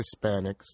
Hispanics